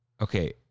Okay